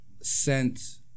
Sent